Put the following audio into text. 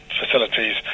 facilities